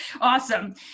Awesome